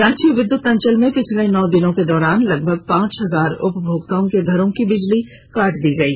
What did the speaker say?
रांची विद्युत अंचल में पिछले नौ दिनों के दौरान लगभग पांच हजार उपभोक्ताओं के घर की बिजली काट दी गयी